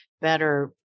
better